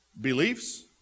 beliefs